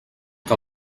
que